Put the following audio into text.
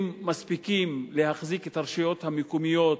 הם מספיקים להחזיק את הרשויות המקומיות